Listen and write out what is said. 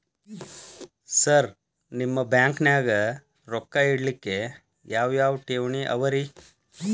Sir ನಿಮ್ಮ ಬ್ಯಾಂಕನಾಗ ರೊಕ್ಕ ಇಡಲಿಕ್ಕೆ ಯಾವ್ ಯಾವ್ ಠೇವಣಿ ಅವ ರಿ?